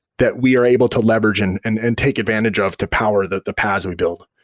that we are able to leverage and and and take advantage of to power that the paas we build.